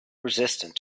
resistant